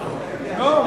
מצוין,